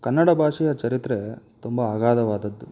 ಕನ್ನಡ ಭಾಷೆಯ ಚರಿತ್ರೆ ತುಂಬ ಅಗಾಧವಾದದ್ದು